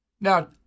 Now